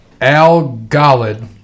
Al-Ghalid